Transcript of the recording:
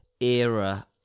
era